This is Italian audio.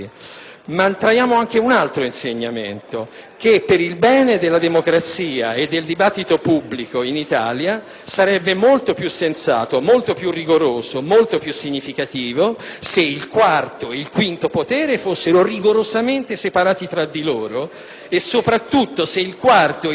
Ma traiamo anche un altro insegnamento: che per il bene della democrazia e del dibattito pubblico in Italia sarebbe molto più sensato, molto più rigoroso e significativo se il quarto ed il quinto potere fossero rigorosamente separati tra di loro e, soprattutto, se il quarto e il quinto potere fossero